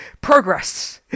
progress